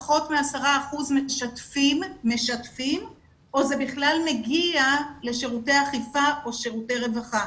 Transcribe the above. פחות מ-10% משתפים או זה בכלל מגיע לשירותי אכיפה או שירותי רווחה.